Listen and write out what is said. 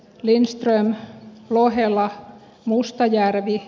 lindströmin lohella mustajärvi